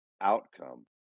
outcome